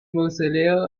mausoleo